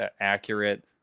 accurate